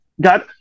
God